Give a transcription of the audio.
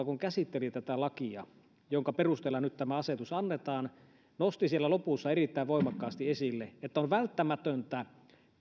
kun perustuslakivaliokunta käsitteli tätä lakia jonka perusteella nyt tämä asetus annetaan se nosti siellä lausunnon lopussa erittäin voimakkaasti esille että on välttämätöntä